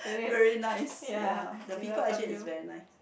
very nice ya the people actually is very nice